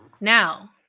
Now